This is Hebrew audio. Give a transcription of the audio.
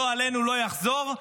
ולא עלינו לא יחזור,